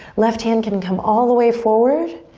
left hand can come all the way forward,